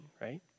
right